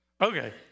Okay